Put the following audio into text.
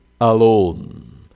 alone